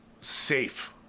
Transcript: safe